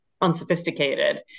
unsophisticated